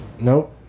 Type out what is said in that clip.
Nope